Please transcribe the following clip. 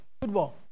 Football